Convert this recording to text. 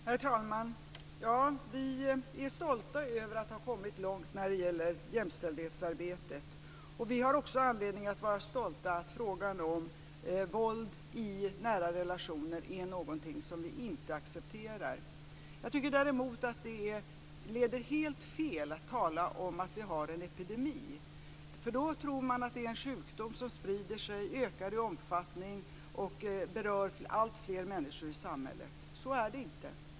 Herr talman! Ja, vi är stolta över att ha kommit långt när det gäller jämställdhetsarbetet. Vi har också anledning att vara stolta över att frågan om våld i nära relationer är någonting som vi inte accepterar. Jag tycker däremot att det leder helt fel att tala om att vi har en epidemi. Då tror man att det är en sjukdom som sprider sig, ökar i omfattning och berör alltfler människor i samhället. Så är det inte.